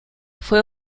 fue